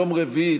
יום רביעי,